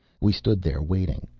we stood there, waiting.